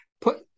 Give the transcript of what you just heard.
put